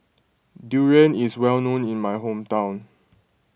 Durian is well known in my hometown